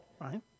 Right